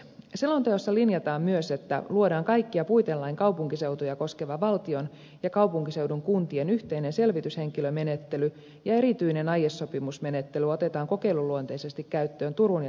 selonteossa linjataan myös että luodaan kaikkia puitelain kaupunkiseutuja koskeva valtion ja kaupunkiseudun kuntien yhteinen selvityshenkilömenettely ja erityinen aiesopimusmenettely otetaan kokeiluluonteisesti käyttöön turun ja tampereen seuduilla